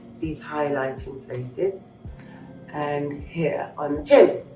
these highlighting places and here on the chin.